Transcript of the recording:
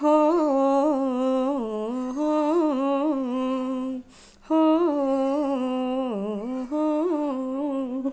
ਹੋ ਹੋ